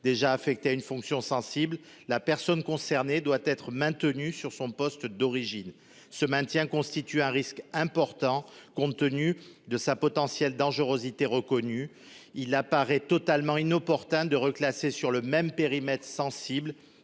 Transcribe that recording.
déjà affecté à une fonction sensible la personne concernée doit être maintenu sur son poste d'origine. Ce maintien constitue un risque important compte tenu de sa potentielle dangerosité reconnue, il apparaît totalement inopportun de reclasser sur le même périmètre sensible